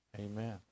Amen